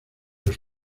los